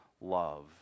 love